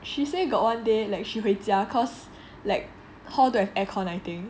she say got one day like she 回家 cause like hall don't have air-con I think